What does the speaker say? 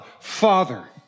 Father